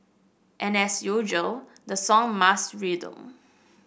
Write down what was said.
and as usual the song must rhyme